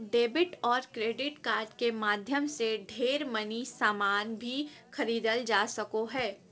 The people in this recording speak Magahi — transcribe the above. डेबिट और क्रेडिट कार्ड के माध्यम से ढेर मनी सामान भी खरीदल जा सको हय